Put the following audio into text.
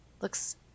looks